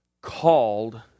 called